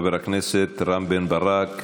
חבר הכנסת רם בן-ברק.